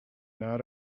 not